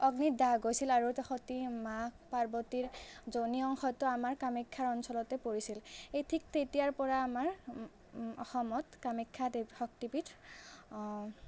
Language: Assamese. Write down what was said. অগ্নিত দাহ গৈছিল আৰু এইটো সতী মা পাৰ্বতীৰ যোনি অংশটো আমাৰ কামাখ্যাৰ অঞ্চলতে পৰিছিল এই ঠিক তেতিয়াৰ পৰা আমাৰ অসমত কামাখ্য়া দেৱী শক্তিপীঠ